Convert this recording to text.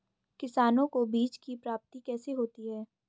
किसानों को बीज की प्राप्ति कैसे होती है?